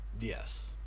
yes